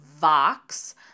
Vox